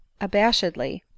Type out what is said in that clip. abashedly